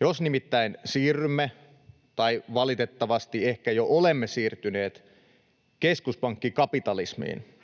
Jos nimittäin siirrymme — tai valitettavasti ehkä jo olemme siirtyneet — keskuspankkikapitalismiin,